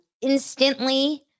instantly